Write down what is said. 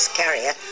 carrier